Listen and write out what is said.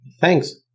Thanks